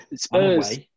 Spurs